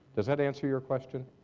does that answer your question?